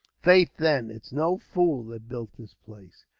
faith, then, it's no fool that built this place.